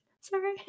Sorry